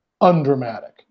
undramatic